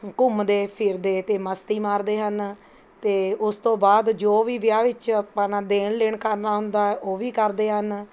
ਘੁੰਮਦੇ ਫਿਰਦੇ ਅਤੇ ਮਸਤੀ ਮਾਰਦੇ ਹਨ ਅਤੇ ਉਸ ਤੋਂ ਬਾਅਦ ਜੋ ਵੀ ਵਿਆਹ ਵਿੱਚ ਆਪਾਂ ਨੇ ਦੇਣ ਲੈਣ ਕਰਨਾ ਹੁੰਦਾ ਹੈ ਉਹ ਵੀ ਕਰਦੇ ਹਨ